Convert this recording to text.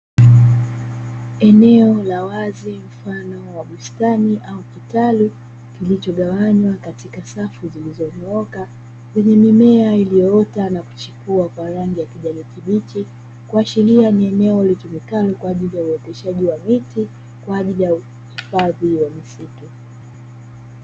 Eneo la wazi mfano wa bustani au kitalu kilichogawanywa katika safu zilizonyooka, lenye mimea iliyoota na kuchipua kwa rangi ya kijani kibichi, kuashiria ni eneo litumikalo kwaajili ya uoteshaji wa miti kwaajili ya uhifadhi wa misitu.